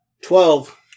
Twelve